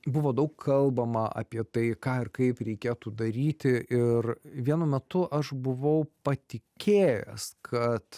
buvo daug kalbama apie tai ką ir kaip reikėtų daryti ir vienu metu aš buvau patikėjęs kad